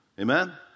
Amen